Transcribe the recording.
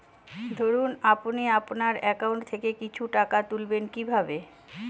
ধরুন আপনি আপনার একাউন্ট থেকে কিছু টাকা তুলবেন কিভাবে?